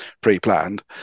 pre-planned